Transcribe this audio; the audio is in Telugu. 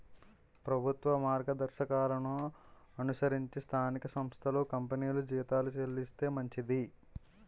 ప్రభుత్వ మార్గదర్శకాలను అనుసరించి స్థానిక సంస్థలు కంపెనీలు జీతాలు చెల్లిస్తే మంచిది